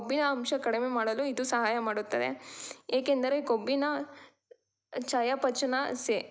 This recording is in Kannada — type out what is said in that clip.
ಕೊಬ್ಬಿನ ಅಂಶ ಕಡಿಮೆ ಮಾಡಲು ಇದು ಸಹಾಯ ಮಾಡುತ್ತದೆ ಏಕೆಂದರೆ ಕೊಬ್ಬಿನ ಚಯಾಪಚಯ ಸೇ